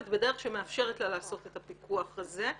בדרך שמאפשרת לה לעשות את הפיקוח הזה.